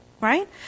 Right